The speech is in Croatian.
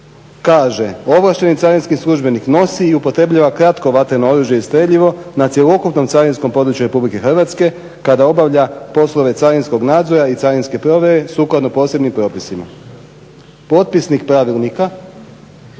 kaže: "Ovlašteni carinski službenik nosi i upotrebljava kratko vatreno oružje i streljivo na cjelokupnom carinskom području RH kada obavlja poslove carinskog nadzora i carinske provjere sukladno posebnim propisima." Potpisnik pravilnika